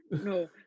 no